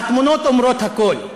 התמונות אומרות הכול.